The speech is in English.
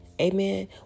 Amen